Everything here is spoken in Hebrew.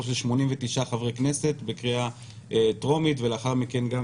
רוב של 89 חברי כנסת בקריאה טרומית ולאחר מכן גם